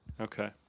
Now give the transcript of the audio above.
Okay